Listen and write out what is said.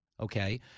Okay